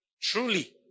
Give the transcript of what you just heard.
Truly